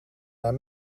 naar